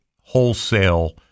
wholesale